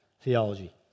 theology